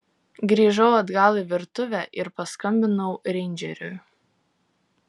grįžau atgal į virtuvę ir paskambinau reindžeriui